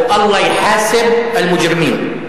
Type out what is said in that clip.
ואללה יחאסבּ אל מוג'רמין.